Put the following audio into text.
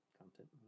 content